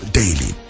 daily